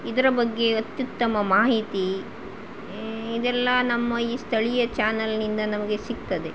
ಇದರ ಬಗ್ಗೆ ಅತ್ಯುತ್ತಮ ಮಾಹಿತಿ ಇದೆಲ್ಲಾ ನಮ್ಮ ಈ ಸ್ಥಳೀಯ ಚಾನಲ್ನಿಂದ ನಮಗೆ ಸಿಗ್ತದೆ